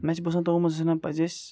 مےٚ چھِ باسان تِمَو منٛز پَزِ اسہِ